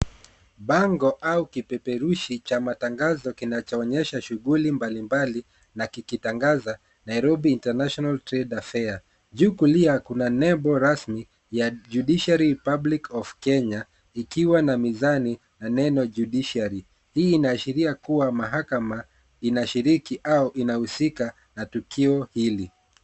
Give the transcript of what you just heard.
Bango, au kipeperushi cha matangazo kinachoonyesha shughuli mbalimbali na kikitangaza Nairobi International Trade Affair. Ju kulia kuna Nembo rasmi ya Judiciary Public of Kenya ikiwa na mizani na neno 'Judiciary'. Hii inaashiria kuwa mahakama inashiriki au inahusika na tukio hili.